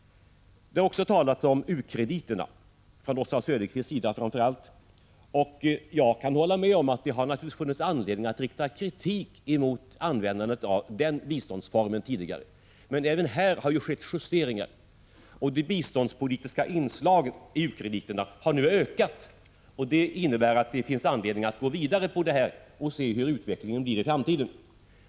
Det har också talats om u-krediterna — från Oswald Söderqvists sida framför allt. Jag kan hålla med om att det naturligtvis har funnits anledning att rikta kritik mot användandet av den biståndsformen tidigare. Men även här har det ju skett justeringar. Det biståndspolitiska inslaget i u-krediterna har nu ökat, och det innebär att det finns anledning att gå vidare på den vägen och se hur utvecklingen blir i framtiden.